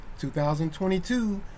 2022